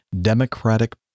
Democratic